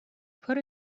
put